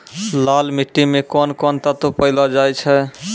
लाल मिट्टी मे कोंन कोंन तत्व पैलो जाय छै?